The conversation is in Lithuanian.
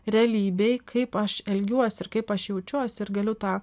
realybėj kaip aš elgiuosi ir kaip aš jaučiuosi ir galiu tą